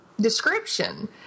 description